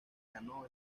ganó